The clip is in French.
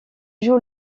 joue